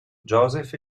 josef